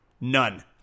None